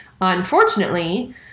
Unfortunately